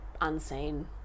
unseen